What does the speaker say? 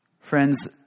Friends